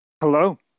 hello